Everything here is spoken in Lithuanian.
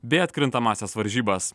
bei atkrintamąsias varžybas